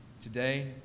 Today